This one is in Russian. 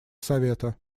совета